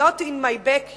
ה-NIMBY, Not In My Backyard.